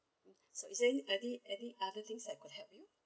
so is there any any other things that I could help you